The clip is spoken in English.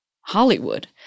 Hollywood